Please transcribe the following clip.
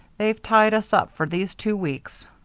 they've tied us up for these two weeks.